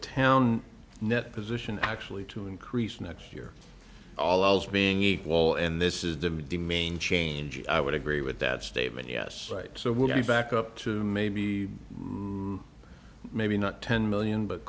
town net position actually to increase next year all else being equal and this is the main change i would agree with that statement yes right so we'll get it back up to maybe maybe not ten million but